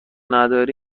ندارم